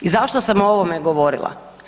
I zašto sam o ovome govorila?